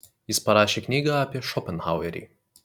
jis parašė knygą apie šopenhauerį